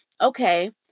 okay